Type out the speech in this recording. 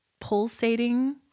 pulsating